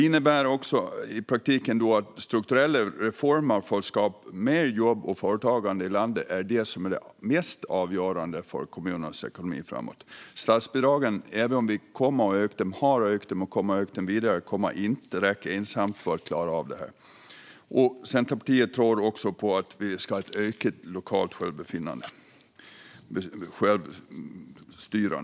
I praktiken innebär detta att strukturella reformer för att skapa mer jobb och företagande i landet är det som är mest avgörande för kommunernas ekonomi framöver. Även om statsbidragen har ökat och kommer att öka kommer de inte ensamma att räcka för att klara av detta. Centerpartiet tror på att vi ska ha ett större kommunalt självstyre.